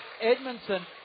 Edmondson